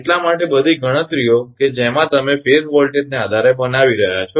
એટલા માટે બધી ગણતરીઓ કે જેમાં તમે ફેઝ વોલ્ટેજને આધારે બનાવી રહ્યા છો